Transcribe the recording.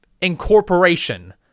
Incorporation